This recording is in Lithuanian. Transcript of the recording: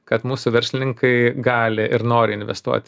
kad mūsų verslininkai gali ir nori investuoti